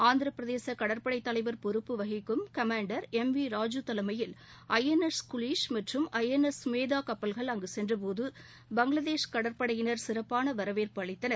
ஆந்திர பிரதேச கடற்படை தலைவர் பொறுப்பு வகிக்கும் கமாண்டர் எம் வி ராஜூ தலைமையில் ஐ என் எஸ் குளிஷ் மற்றம் ஐ என் எஸ் சுமேதா கப்பல்கள் அங்கு சென்ற போது பங்களாதேஷ் கடற்படையினர் சிறப்பான வரவேற்பு அளித்தனர்